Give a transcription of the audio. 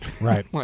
Right